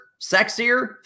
sexier